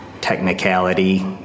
technicality